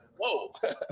Whoa